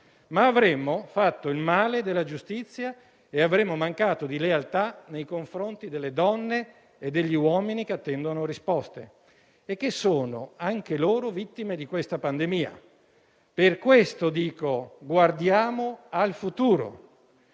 ma avremmo fatto il male della giustizia e avremmo mancato di lealtà nei confronti delle donne e degli uomini che attendono risposte e che sono, anche loro, vittime di questa pandemia. Per tale ragione dico di guardare al futuro